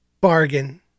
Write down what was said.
Bargain